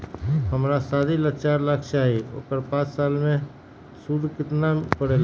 हमरा शादी ला चार लाख चाहि उकर पाँच साल मे सूद कितना परेला?